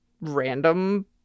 random